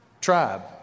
tribe